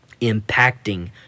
impacting